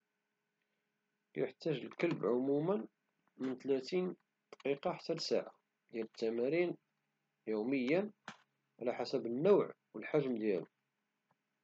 كيحتاج الكلب عموما لثلاثين دقيقة حتى لساعة ديال التمارين يوميا على حسب النوع والحجم ديالو.